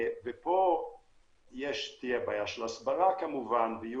פה תהיה בעיה של הסברה כמובן ויהיו